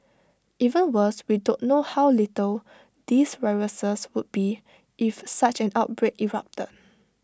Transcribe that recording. even worse we don't know how lethal these viruses would be if such an outbreak erupted